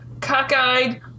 cockeyed